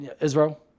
Israel